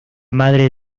madre